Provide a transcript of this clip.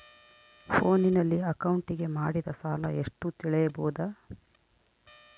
ಫೋನಿನಲ್ಲಿ ಅಕೌಂಟಿಗೆ ಮಾಡಿದ ಸಾಲ ಎಷ್ಟು ತಿಳೇಬೋದ?